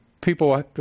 People